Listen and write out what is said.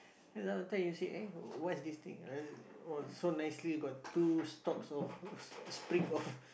sometime you see eh what's this thing ah oh so nicely got two stalks of of